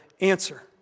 answer